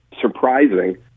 surprising